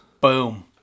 boom